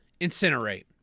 incinerate